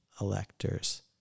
electors